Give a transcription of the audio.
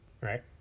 right